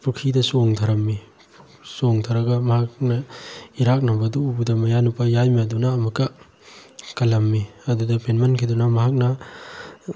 ꯄꯨꯈ꯭ꯔꯤꯗ ꯆꯣꯡꯊꯔꯝꯃꯤ ꯆꯣꯡꯊꯔꯒ ꯃꯍꯥꯛꯅ ꯏꯔꯥꯛꯅꯕꯗꯨ ꯎꯕꯗ ꯃꯌꯥꯅꯨꯄꯥ ꯌꯥꯏꯃꯗꯨꯅ ꯑꯃꯨꯛꯀ ꯀꯜꯂꯝꯃꯤ ꯑꯗꯨꯗ ꯄꯦꯟꯃꯟꯈꯤꯗꯨꯅ ꯃꯍꯥꯛꯅ